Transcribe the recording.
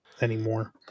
anymore